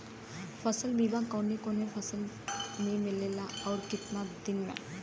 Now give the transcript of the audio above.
फ़सल बीमा कवने कवने फसल में मिलेला अउर कितना दिन में?